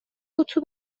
اتو